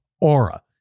Aura